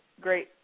Great